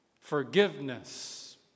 forgiveness